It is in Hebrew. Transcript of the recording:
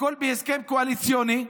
הכול בהסכם קואליציוני,